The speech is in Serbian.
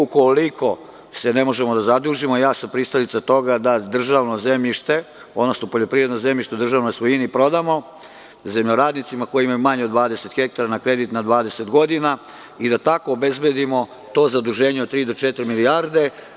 Ukoliko se ne možemo zadužiti, ja sam pristalica toga da državno zemljište, odnosno poljoprivredno zemljište u državnoj svojini prodamo zemljoradnicima koji imaju manje od 20 hektara na kredit na 20 godina i da tako obezbedimo to zaduženje od tri do četiri milijarde.